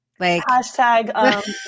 Hashtag